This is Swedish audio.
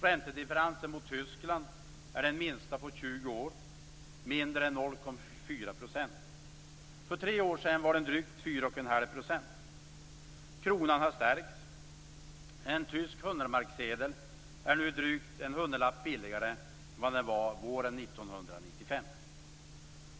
Räntedifferensen gentemot Tyskland är den minsta på 20 år, mindre än 0,4 %. För tre år sedan var räntedifferensen drygt 4,5 %. Kronan har stärkts. En tysk hundramarkssedel är nu drygt en hundralapp billigare jämfört med våren 1995.